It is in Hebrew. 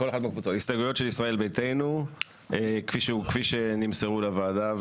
של ישראל ביתנו כפי שנמסרו לוועדה,